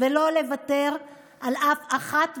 לא לוותר על אף אחד ואחת,